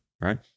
right